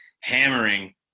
hammering